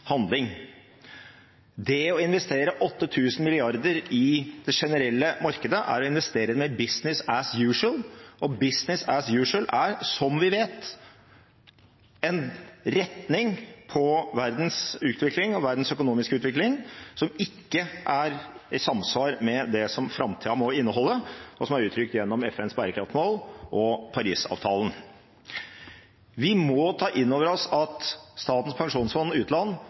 handling. Det å investere 8 000 mrd. kr i det generelle markedet er å investere i «business as usual». «Business as usual» er, som vi vet, en retning på verdens utvikling og verdens økonomiske utvikling som ikke er i samsvar med det som framtida må inneholde, og som er uttrykt gjennom FNs bærekraftsmål og Paris-avtalen. Vi må ta inn over oss at Statens pensjonsfond utland